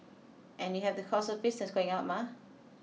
and you have the costs of business going up mah